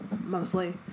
mostly